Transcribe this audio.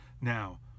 Now